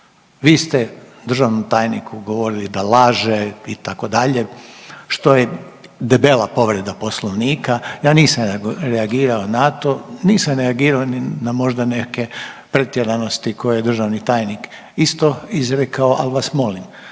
Vi ste državnom tajniku govorili da laže itd. što je debela povreda Poslovnika, ja nisam reagirao na to. Nisam reagirao ni na možda neke pretjeranosti koje je državni tajnik isto izrekao ali vas molim